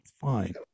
fine